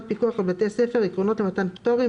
פיקוח על בתי ספר (עקרונות למתן פטורים),